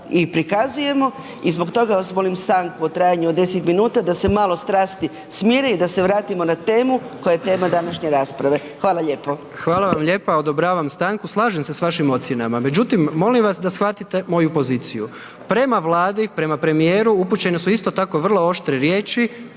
i prikazujemo i zbog toga vas molim stanku u trajanju od 10 minuta da se malo strasti smire i da se vratimo na temu koja je tema današnje rasprave, hvala lijepo. **Jandroković, Gordan (HDZ)** Hvala vam lijepa, odobravam stanku. Slažem se s vašim ocjenama međutim molim vas da shvatite moju poziciju, prema Vladi, prema premijeru upućene su isto tako vrlo oštre riječi,